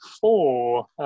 four